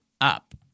up